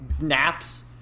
naps